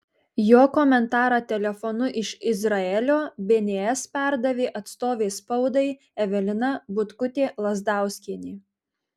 jo komentarą telefonu iš izraelio bns perdavė atstovė spaudai evelina butkutė lazdauskienė